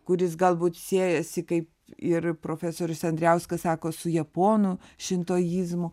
kuris galbūt siejasi kaip ir profesorius andrijauskas sako su japonų šintoizmu